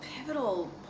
pivotal